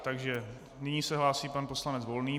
Takže nyní se hlásí pan poslanec Volný.